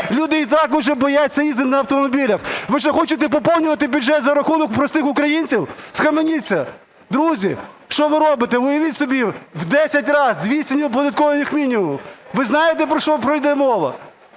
Люди і так вже бояться їздити на автомобілях. Ви що хочете поповнювати бюджет за рахунок простих українців? Схаменіться. Друзі, що ви робите? Уявіть собі, в десять раз – 200 неоподатковуваних мінімумів. Ви знаєте про що іде мова?